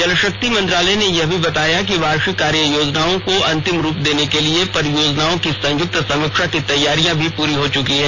जल शक्ति मंत्रालय ने यह भी बताया है कि वार्षिक कार्य योजनाओं को अंतिम रूप देने के लिए परियोजनाओं की संयुक्त समीक्षा की तैयारियां भी पूरी हो चुकी हैं